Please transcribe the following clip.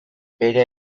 bere